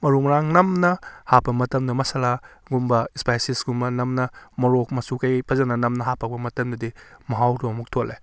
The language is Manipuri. ꯃꯔꯨ ꯃꯔꯥꯡ ꯅꯝꯅ ꯍꯥꯞꯄ ꯃꯇꯝꯗ ꯃꯁꯂꯥꯒꯨꯝꯕ ꯏꯁꯄꯥꯏꯁꯤꯁꯀꯨꯝꯕ ꯅꯝꯅ ꯃꯣꯔꯣꯛ ꯃꯆꯨ ꯀꯩꯀꯩ ꯐꯖꯅ ꯅꯝꯅ ꯍꯥꯞꯄꯛꯄ ꯃꯇꯝꯗꯗꯤ ꯃꯍꯥꯎꯗꯣ ꯑꯃꯨꯛ ꯊꯣꯛꯂꯦ